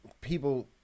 people